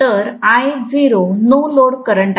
तर Io no load current आहे